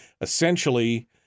Essentially